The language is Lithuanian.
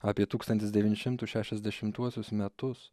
apie tūkstantis devyni šimtus šešiasdešimtuosius metus